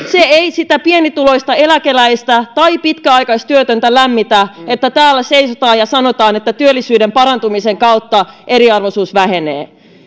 se ei sitä pienituloista eläkeläistä tai pitkäaikaistyötöntä lämmitä että täällä seisotaan ja sanotaan että työllisyyden parantumisen kautta eriarvoisuus vähenee